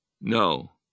No